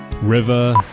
River